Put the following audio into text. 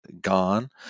gone